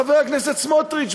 חבר הכנסת סמוטריץ,